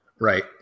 Right